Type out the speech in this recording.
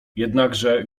jednakże